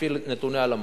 לפי נתוני הלמ"ס.